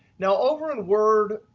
now, over in word,